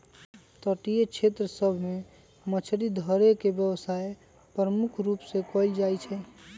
तटीय क्षेत्र सभ में मछरी धरे के व्यवसाय प्रमुख रूप से कएल जाइ छइ